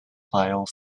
file